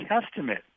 Testament